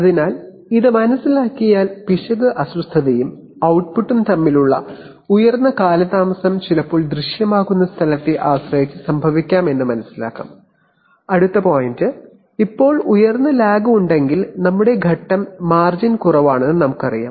അതിനാൽ ഇത് മനസിലാക്കിയാൽ പിശക് അസ്വസ്ഥതയും output ട്ട്പുട്ടും തമ്മിലുള്ള ഉയർന്ന കാലതാമസം ചിലപ്പോൾ error ദൃശ്യമാകുന്ന സ്ഥലത്തെ ആശ്രയിച്ച് സംഭവിക്കാം എന്ന് മനസിലാക്കാം അടുത്ത പോയിന്റ് ഇപ്പോൾ ഉയർന്ന ലാഗ് ഉണ്ടെങ്കിൽ നമ്മുടെ ഘട്ടം മാർജിൻ കുറവാണെന്ന് നമുക്കറിയാം